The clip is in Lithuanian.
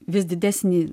vis didesnį